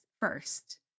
first